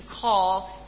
call